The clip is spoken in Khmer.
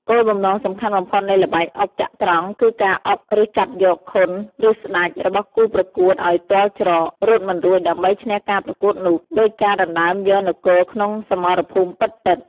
គោលបំណងសំខាន់បំផុតនៃល្បែងអុកចត្រង្គគឺការ អុក ឬចាប់យក ខុន ឬស្តេច របស់គូប្រកួតឱ្យទាល់ច្រក រត់មិនរួចដើម្បីឈ្នះការប្រកួតនោះ ដូចការដណ្ដើមយកនគរក្នុងសមរភូមិពិតៗ។